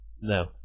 No